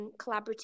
collaborative